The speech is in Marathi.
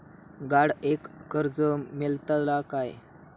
गाडयेक कर्ज मेलतला काय?